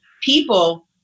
people